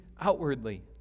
outwardly